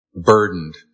burdened